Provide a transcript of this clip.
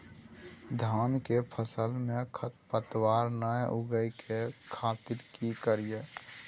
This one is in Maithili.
धान के फसल में खरपतवार नय उगय के खातिर की करियै?